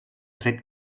tret